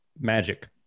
magic